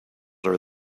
are